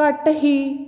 ਘੱਟ ਹੀ